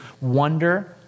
wonder